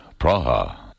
Praha